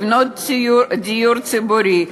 לבנות דיור ציבורי,